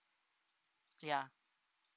ya